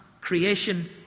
Creation